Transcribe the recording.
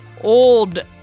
old